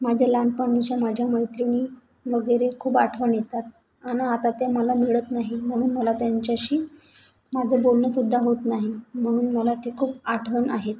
माझ्या लहानपणीच्या माझ्या मैत्रिणी वगैरे खूप आठवण येतात आणि आता ते मला मिळत नाही म्हणून मला त्यांच्याशी माझं बोलणंसुद्धा होत नाही म्हणून मला ते खूप आठवण आहेत